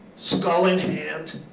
skull in hand,